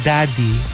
Daddy